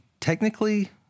technically